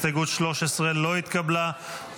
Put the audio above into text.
הסתייגות 13 לא התקבלה.